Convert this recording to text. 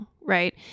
Right